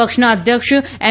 પક્ષના અધ્યક્ષ એમ